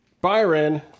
Byron